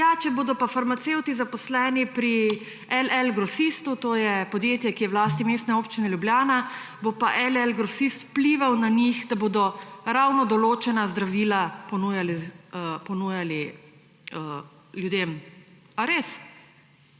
»Ja če bodo pa farmacevti zaposleni pri LL Grosistu, to je podjetje, ki je v lasti Mestne občine Ljubljana, bo pa LL Grosist vplival na njih, da bodo ravno določena zdravila ponujali ljudem.« Ali res?